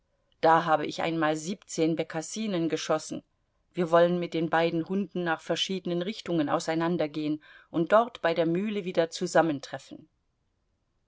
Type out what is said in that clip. da habe ich einmal siebzehn bekassinen geschossen wir wollen mit den beiden hunden nach verschiedenen richtungen auseinandergehen und dort bei der mühle wieder zusammentreffen